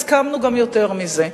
הסכמנו גם יותר מזה.